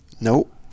nope